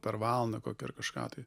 per valandą kokią ar kažką tai